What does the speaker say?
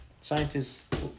Scientists